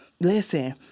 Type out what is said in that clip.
Listen